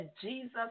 Jesus